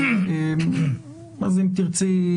אז אם תרצי,